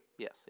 Yes